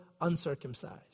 uncircumcised